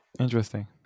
Interesting